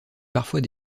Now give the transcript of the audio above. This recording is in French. parfois